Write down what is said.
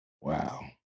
wow